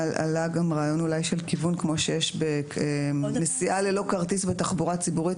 עלה גם רעיון של כיוון כמו שיש בנסיעה ללא כרטיס בתחבורה הציבורית.